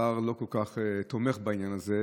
והשר לא כל כך תומך בעניין הזה,